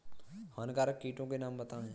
हानिकारक कीटों के नाम बताएँ?